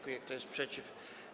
Kto jest przeciw?